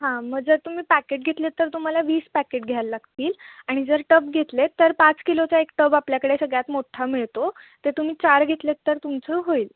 हां मग जर तुम्ही पॅकेट घेतले तर तुम्हाला वीस पॅकेट घ्यायला लागतील आणि जर टब घेतले तर पाच किलोचा एक टब आपल्याकडे सगळ्यात मोठ्ठा मिळतो ते तुम्ही चार घेतलेत तर तुमचं होईल